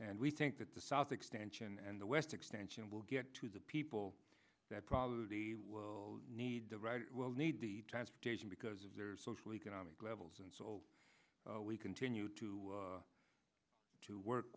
and we think that the south expansion and the west extension will get to the people that probably will need the right will need the transportation because of their social economic levels and so we continue to to work